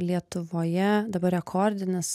lietuvoje dabar rekordinis